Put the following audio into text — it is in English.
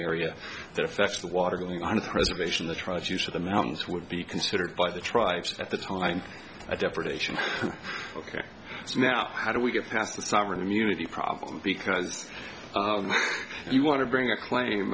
area that affects the water going on the reservation the tribes use of the mountains would be considered by the tribes at the time i depredation ok so now how do we get past the sovereign immunity problem because if you want to bring a claim